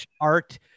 art